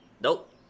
Nope